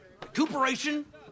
recuperation